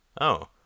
Oh